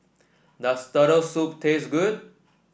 does Turtle Soup taste good